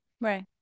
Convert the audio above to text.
Right